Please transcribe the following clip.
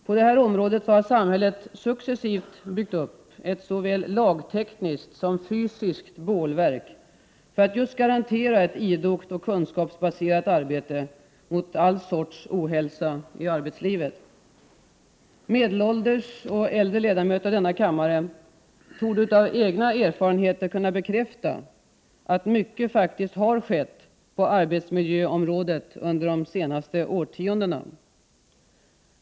På detta område har samhället successivt byggt upp ett såväl lagtekniskt som fysiskt bålverk för att just garantera ett idogt och kunskapsbaserat arbete mot all sorts ohälsa i arbetslivet. Medelålders och äldre ledamöter av denna kammare torde av egna erfarenheter kunna bekräfta, att mycket faktiskt har skett på arbetsmiljöområdet under de senaste årtiondena.